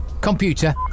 Computer